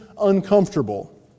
uncomfortable